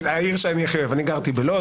גילוי נאות: אני גרתי בלוד,